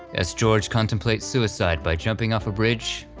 as george contemplates suicide by jumping off a bridge,